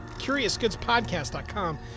CuriousGoodsPodcast.com